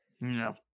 No